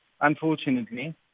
unfortunately